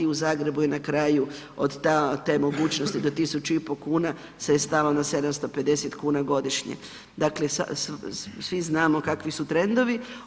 U Zagrebu je na kraju od te mogućnosti do 1.500 kuna se je stalo na 750 kuna godišnje, dakle svi znamo kakvi su trendovi.